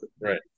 right